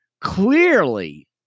clearly